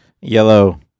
Yellow